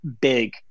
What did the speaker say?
big